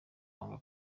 wanga